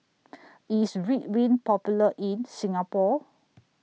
IS Ridwind Popular in Singapore